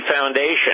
Foundation